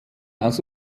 aus